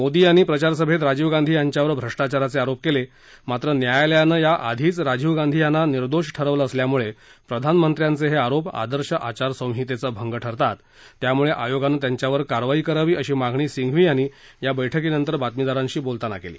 मोदी यांनी प्रचार सभेत राजीव गांधी यांच्यावर भ्रष्टाचाराचे आरोप केले मात्र न्यायालयानं या आधीच राजीव गांधी यांना निर्दोष ठरवलं असल्यामुळे प्रधानमंत्र्यांचे हे आरोप आदर्श आचारसंहितेचा भंग ठरतात त्यामुळे आयोगानं त्यांच्यावर कारवाई करावी अशी मागणी सिंघवी यांनी या बरुक्कीनंतर बातमीदारांशी बोलताना केली